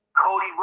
Cody